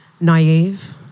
naive